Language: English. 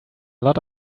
lot